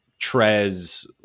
Trez